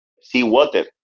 seawater